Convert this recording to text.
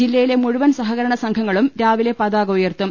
ജില്ലയിലെ മുഴുവൻ സഹ കരണ സംഘങ്ങളും രാവിലെ പതാക ഉയർത്തും